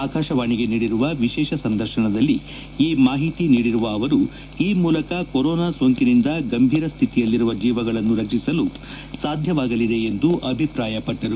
ಆಕಾಶವಾಣಿಗೆ ನೀಡಿರುವ ವಿಶೇಷ ಸಂದರ್ಶನದಲ್ಲಿ ಈ ಮಾಹಿತಿ ನೀಡಿರುವ ಅವರು ಈ ಮೂಲಕ ಕೊರೋನಾ ಸೋಂಕಿನಿಂದ ಗಂಭೀರ ಸ್ಥಿತಿಯಲ್ಲಿರುವ ಜೀವಗಳನ್ನು ರಕ್ಷಿಸಲು ಸಾಧ್ಯವಾಗಲಿದೆ ಎಂದು ಅಭಿಪ್ರಾಯಪಟ್ಟರು